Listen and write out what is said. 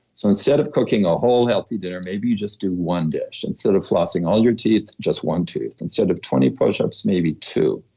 so instead of cooking a whole healthy dinner, maybe you just do one dish instead of flossing all your teeth, just one tooth, instead of twenty pushups, maybe two.